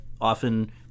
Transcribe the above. often